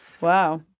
Wow